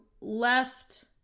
left